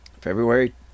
February